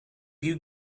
you